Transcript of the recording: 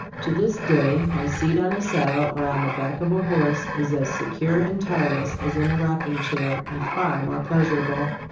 to this day my seat on a sad dle or on the back of a horse is as se cure and tireless as in a rocking chair, and far more pleasurable.